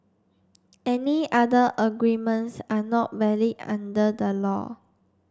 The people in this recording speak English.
any other agreements are not valid under the law